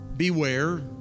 Beware